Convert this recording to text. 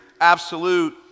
absolute